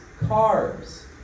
carbs